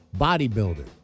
bodybuilder